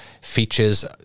features